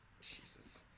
Jesus